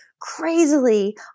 crazily